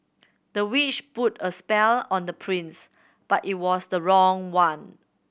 the witch put a spell on the prince but it was the wrong one